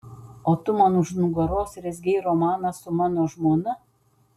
o tu man už nugaros rezgei romaną su mano žmona